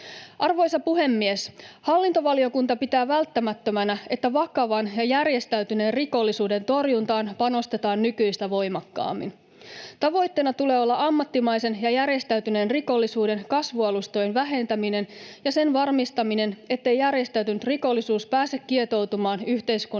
Arvoisa puhemies! Hallintovaliokunta pitää välttämättömänä, että vakavan ja järjestäytyneen rikollisuuden torjuntaan panostetaan nykyistä voimakkaammin. Tavoitteena tulee olla ammattimaisen ja järjestäytyneen rikollisuuden kasvualustojen vähentäminen ja sen varmistaminen, ettei järjestäytynyt rikollisuus pääse kietoutumaan yhteiskunnan